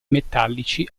metallici